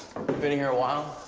been here a while?